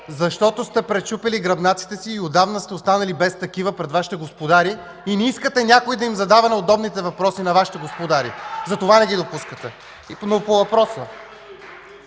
Защото сте пречупили гръбнаците си и отдавна сте останали без такива пред Вашите господари и не искате някой да задава неудобните въпроси на Вашите господари! (Ръкопляскания и възгласи